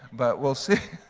but we'll see.